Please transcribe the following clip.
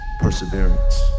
perseverance